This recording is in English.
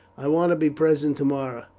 i want to be present tomorrow.